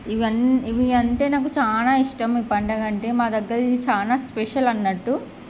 ఇవన్నీ ఇవి అంటే నాకు చాలా ఇష్టం ఈ పండగ అంటే మా దగ్గర ఇది చాలా స్పెషల్ అన్నట్లు